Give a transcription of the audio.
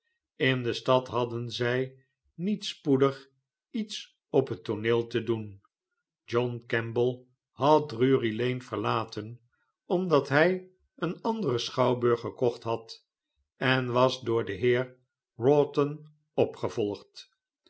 in de stad hadden zij niet spoedig iets op net tooneel te doen john kemble had drurylane verlaten omdat hij een anderen schouwburg gekocht had en was door den heer wroughton opgevolgd